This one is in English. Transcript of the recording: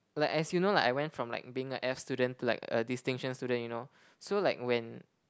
like as you know like I went from like being a F student to like a distinction student you know so like when